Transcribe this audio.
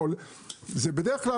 זה בדרך כלל,